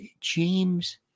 James